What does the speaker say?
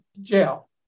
jail